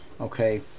okay